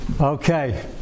Okay